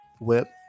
whip